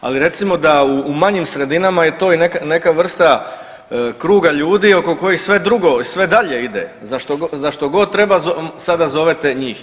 Ali recimo da u manjim sredinama je to i neka vrsta kruga ljudi oko kojih sve drugo i sve dalje ide, za što god treba sada zovete njih.